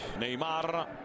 neymar